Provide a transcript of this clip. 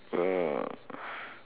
uh